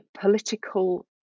political